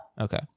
Okay